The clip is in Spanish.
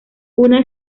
una